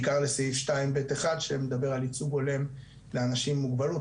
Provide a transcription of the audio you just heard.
בעיקר לסעיף 2.ב.1 שמדבר על ייצוג הולם לאנשים עם מוגבלות,